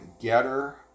Getter